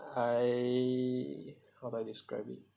I how do I describe it